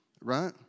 right